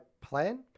plan